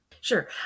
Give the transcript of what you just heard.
sure